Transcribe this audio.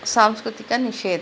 ಸಾಂಸ್ಕೃತಿಕ ನಿಷೇಧ